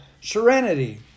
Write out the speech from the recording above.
serenity